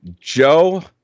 Joe